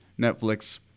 Netflix